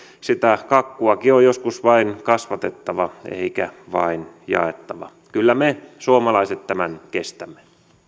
sitä kakkuakin on joskus vain kasvatettava eikä vain jaettava kyllä me suomalaiset tämän kestämme